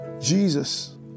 Jesus